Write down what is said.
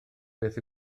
beth